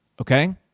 okay